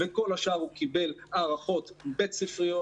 לכל השאר הוא קיבל הערכות בית-ספריות.